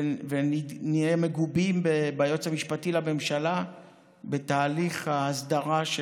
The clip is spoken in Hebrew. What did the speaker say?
ונהיה מגובים ביועץ המשפטי לממשלה בתהליך ההסדרה.